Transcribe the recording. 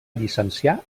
llicenciar